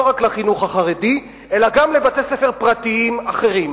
לא רק לחינוך החרדי אלא גם לבתי-ספר פרטיים אחרים.